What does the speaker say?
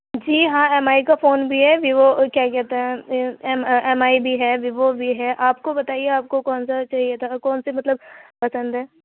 جی ہاں M I کا phone بھی ہے ویوو کیا کہتے ہیں ایم آئی ایم آئی بھی ہے ویوو بھی ہے آپ کو بتائیے آپ کو کون سا چاہیے تھا کون سے مطلب پسند ہے